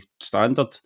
standard